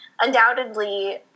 undoubtedly